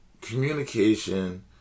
communication